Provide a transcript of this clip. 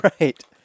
Right